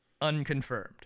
unconfirmed